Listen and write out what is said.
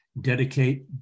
dedicate